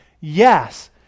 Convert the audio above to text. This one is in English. Yes